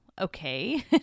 okay